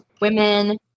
women